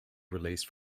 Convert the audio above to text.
released